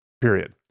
period